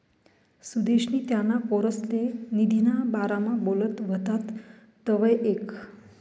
सुदेशनी त्याना पोरसले निधीना बारामा बोलत व्हतात तवंय ऐकं